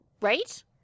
Right